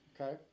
Okay